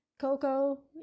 Coco